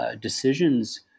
decisions